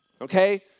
Okay